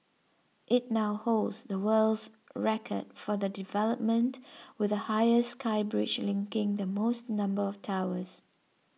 it now holds the world's record for the development with the highest sky bridge linking the most number of towers